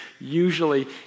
usually